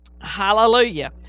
Hallelujah